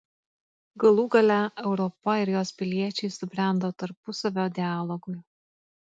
galų gale europa ir jos piliečiai subrendo tarpusavio dialogui